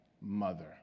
mother